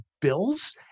bills